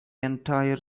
entire